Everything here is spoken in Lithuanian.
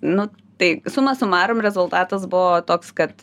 nu tai suma sumarum rezultatas buvo toks kad